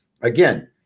again